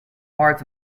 parts